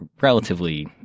relatively